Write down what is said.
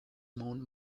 mount